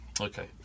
Okay